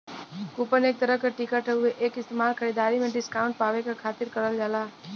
coupon एक तरह क टिकट हउवे एक इस्तेमाल खरीदारी में डिस्काउंट पावे क खातिर करल जाला